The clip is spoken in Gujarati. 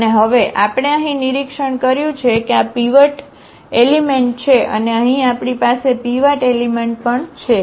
અને હવે આપણે અહીં નિરીક્ષણ કર્યું છે કે આ પીવટ એલિમેન્ટ છે અને અહીં આપણી પાસે પિવાટ એલિમેન્ટ પણ છે